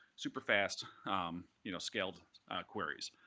super fast you know scaled queries.